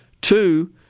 Two